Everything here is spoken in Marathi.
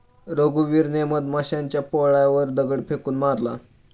रघुवीरने मधमाशांच्या पोळ्यावर दगड फेकून मारला